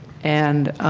and